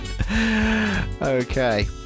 okay